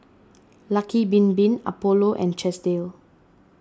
Lucky Bin Bin Apollo and Chesdale